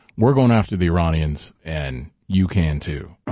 we're going after the iranians and you can too.